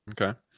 okay